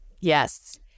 Yes